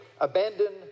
abandon